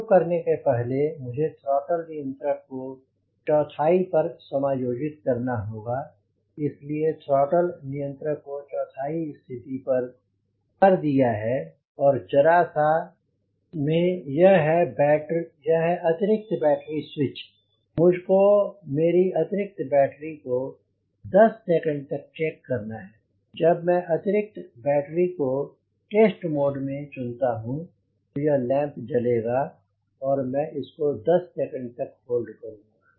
शुरू करने से पहले मुझे थ्रॉटल नियंत्रक को चौथाई पर समायोजित करना होगा इस लिए थ्रॉटल नियंत्रक को चौथाई स्थिति पर का दिया है ज़रा सा में यह है अतिरिक्त बैटरी स्विच मुझको मेरी अतिरिक्त बैटरी को 10 सेकंड तक चेक करना है जब मैं अतिरिक्त बैटरी को टेस्ट मोड में चुनता हूँ तो यह लैंप जलेगा और मैं इसको 10 सेकंड तकहोल्ड करुंगा